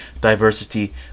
diversity